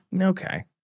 Okay